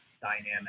dynamic